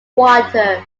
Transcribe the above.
water